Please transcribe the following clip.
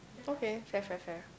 okay fair fair fair